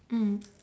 mm